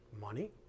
money